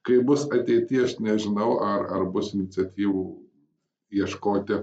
kaip bus ateity aš nežinau ar ar bus iniciatyvų ieškoti